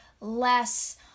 less